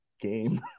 game